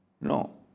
No